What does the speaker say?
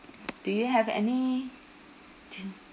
do you have any